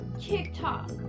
TikTok